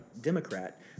Democrat